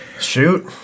Shoot